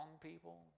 people